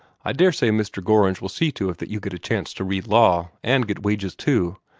i daresay mr. gorringe will see to it that you get a chance to read law, and get wages too.